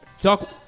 Doc